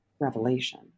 revelation